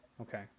Okay